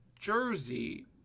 Jersey